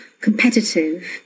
competitive